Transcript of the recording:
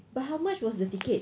but how much was the ticket